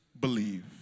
believe